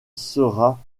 sera